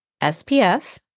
SPF